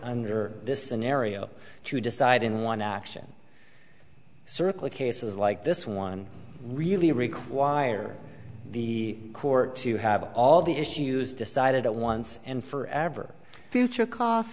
under this scenario to decide in one action circle cases like this one really require the court to have all the issues decided at once and for ever future cos